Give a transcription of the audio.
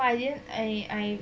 but I didn't I I